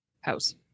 House